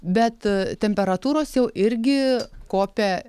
bet temperatūros jau irgi kopia